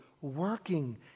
working